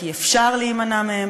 כי אפשר להימנע מהם,